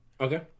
Okay